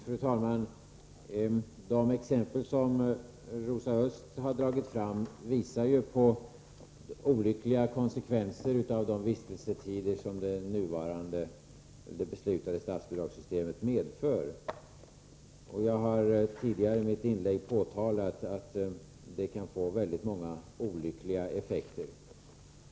Fru talman! De exempel som Rosa Östh har dragit fram visar på olyckliga konsekvenser av de vistelsetider som det beslutade statsbidragssystemet medför. Jag har i mitt tidigare inlägg påtalat att det kan få många olyckliga effekter.